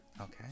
okay